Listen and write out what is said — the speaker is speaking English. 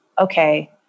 okay